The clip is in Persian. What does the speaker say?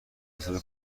استفاده